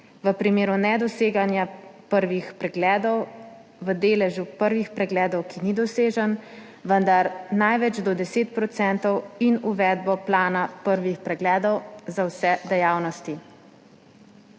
v primeru nedoseganja prvih pregledov v deležu prvih pregledov, ki ni dosežen, vendar največ do 10 %, in uvedbo plana prvih pregledov za vse dejavnosti.